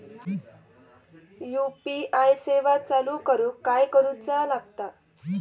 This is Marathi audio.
यू.पी.आय सेवा चालू करूक काय करूचा लागता?